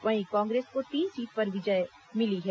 वहीं कांग्रेस को तीन सीट पर विजयी मिली है